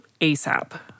ASAP